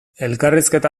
elkarrizketa